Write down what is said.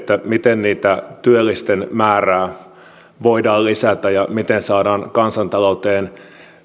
miten työllisten määrää voidaan lisätä ja miten saadaan kansantalouteen